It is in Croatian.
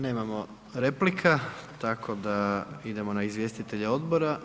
Nemamo replika, tako da idemo na izvjestitelje odbora.